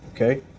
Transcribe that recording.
okay